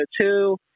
two